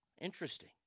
Interesting